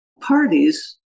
parties